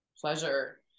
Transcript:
pleasure